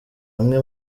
amwe